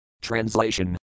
Translation